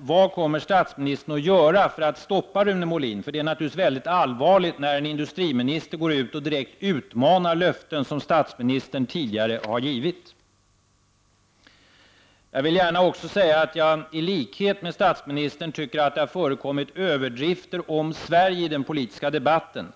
Vad kommer statsministern att göra för att stoppa Rune Molin? Det är allvarligt när en industriminister går ut och direkt utmanar löften som statsministern tidigare har givit. I likhet med statsministern tycker jag att det har förekommit överdrifter om Sverige i den politiska debatten.